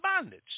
bondage